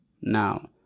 Now